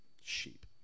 sheep